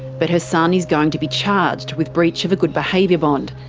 but her son is going to be charged with breach of a good behaviour bond,